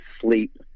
sleep